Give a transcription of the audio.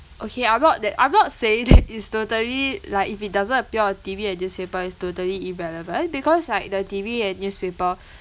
okay I'm not that I'm not saying that it's totally like if it doesn't appear on T_V and newspaper it's totally irrelevant because like the T_V and newspaper